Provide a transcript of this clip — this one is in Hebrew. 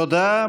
תודה.